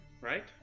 Right